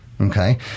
okay